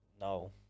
no